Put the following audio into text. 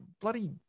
bloody